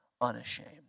unashamed